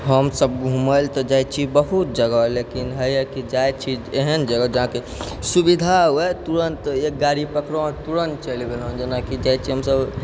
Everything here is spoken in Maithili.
हमसब घुमै लए तऽ जाइ छी बहुत जगह लेकिन होइए कि जाइ छी एहन जगह जहाँ कि सुविधा होइ तुरत एक गाड़ी पकड़ू आओर तुरत चलि गेलहुँ जेनाकि जाइ छियै हमसब